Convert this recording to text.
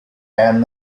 and